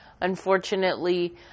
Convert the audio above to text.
Unfortunately